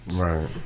Right